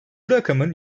rakamın